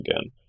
again